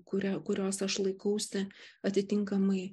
kurią kurios aš laikausi atitinkamai